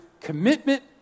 commitment